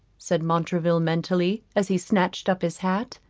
said montraville mentally, as he snatched up his hat